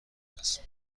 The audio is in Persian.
است